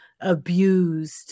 abused